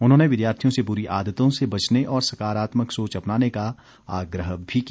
उन्होंने विद्यार्थियों से बुरी आदतों से बचने और सकारात्मक सोच अपनाने का आग्रह भी किया